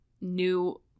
new